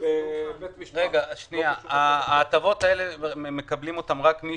את התקנות האלה מקבלים בעצם רק מי